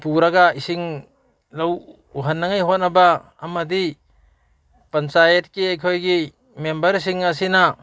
ꯄꯨꯔꯒ ꯏꯁꯤꯡ ꯂꯧ ꯎꯍꯟꯅꯉꯥꯏ ꯍꯣꯠꯅꯕ ꯑꯃꯗꯤ ꯄꯟꯆꯥꯌꯠꯀꯤ ꯑꯩꯈꯣꯏꯒꯤ ꯃꯦꯝꯕꯔꯁꯤꯡ ꯑꯁꯤꯅ